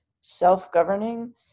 self-governing